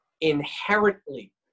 inherently